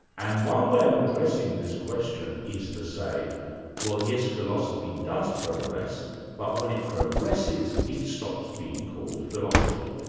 and one way of addressing this question is to say well yes, philosophy does progress but when it progresses it stops being called philosophy.